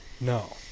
no